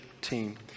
Team